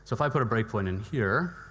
so if i put a break point in here.